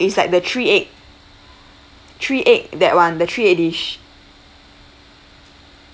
it's like the three egg three egg that one the three egg dish